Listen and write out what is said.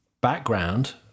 background